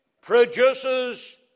produces